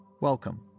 welcome